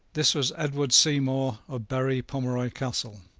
this was edward seymour of berry pomeroy castle,